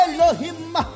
Elohim